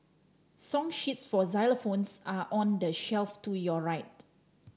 song sheets for xylophones are on the shelf to your right